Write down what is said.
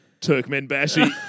Turkmenbashi